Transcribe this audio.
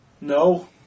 No